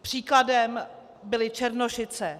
Příkladem byly Černošice.